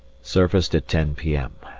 surfaced at ten p m.